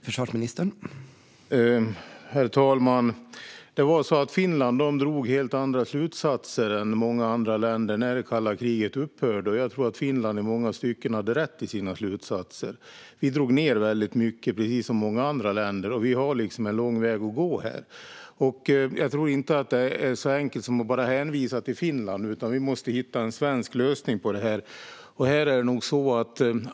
Herr talman! Finland drog helt andra slutsatser än många andra länder när kalla kriget upphörde, och jag tror att Finland i många stycken hade rätt i sina slutsatser. Precis som många andra länder drog Sverige ned mycket, och vi har nu en lång väg att gå. Det är inte så enkelt som att bara hänvisa till Finland, utan vi måste hitta en svensk lösning på detta.